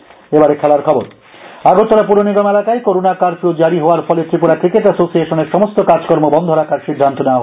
TCA Agartala পুর নিগম এলাকায় করোনা কার্ফু জারি হওয়ায় ফলে ত্রিপুরা ক্রিকেট এসোসিয়েশনের সমস্ত কাজকর্ম বন্ধ রাখার সিদ্ধান্ত নেয়া হল